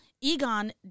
Egon